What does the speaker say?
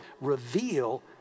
reveal